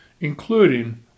including